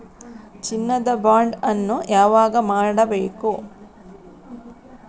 ಚಿನ್ನ ದ ಬಾಂಡ್ ಅನ್ನು ಯಾವಾಗ ಮಾಡಬೇಕು?